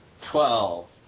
Twelve